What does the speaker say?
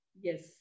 Yes